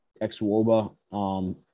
ex-WOBA